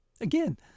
Again